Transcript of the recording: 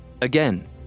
Again